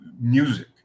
music